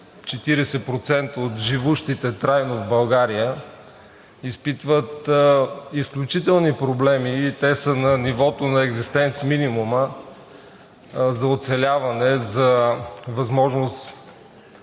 40% от живущите трайно в България, изпитват изключителни проблеми и те са на нивото на екзистенц-минимума за оцеляване, за възможност